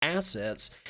assets